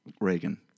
Reagan